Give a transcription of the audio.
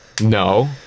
No